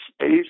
space